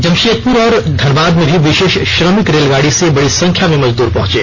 जमशेदपुर और धनबाद में भी विषेष श्रमिक रेलगाड़ी से बड़ी संख्या में मजदूर पहुंचे